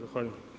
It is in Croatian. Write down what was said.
Zahvaljujem.